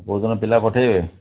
କେଉଁ ଦିନ ପିଲା ପଠାଇବେ